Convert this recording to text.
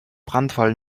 brandfall